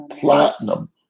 Platinum